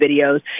videos